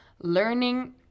learning